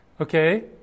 Okay